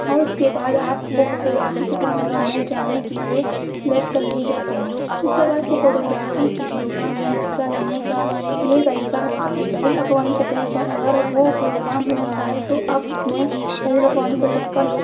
اور اس کے بعد آپ کو فوٹو گرافی کے پروگرام میں جانے کے لیے سلیکٹ کر لیے جاتے ہیں اس طرح سے فوٹو گرافی کے پروگرام میں حصہ لینے کا یہ طریقہ ہوتا ہے بین الاقوامی سطح پر اگر وہ پروگرام ہو رہا ہے تو اب میں بین الاقوامی سطح پر